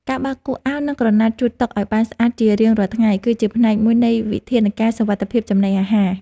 ការបោកគក់អាវនិងក្រណាត់ជូតតុឱ្យបានស្អាតជារៀងរាល់ថ្ងៃ គឺជាផ្នែកមួយនៃវិធានការសុវត្ថិភាពចំណីអាហារ។